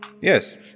Yes